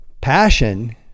Passion